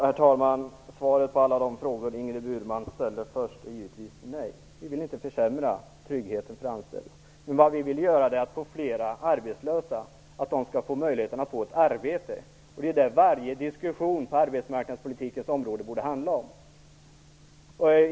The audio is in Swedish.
Herr talman! Svaret på alla de frågor som Ingrid Burman ställde först är givetvis nej. Vi vill inte försämra tryggheten för anställda. Det vi vill göra är att ge fler arbetslösa möjligheten till ett arbete. Det är det varje diskussion på arbetsmarknadspolitikens område borde handla om.